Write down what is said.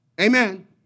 Amen